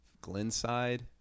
glenside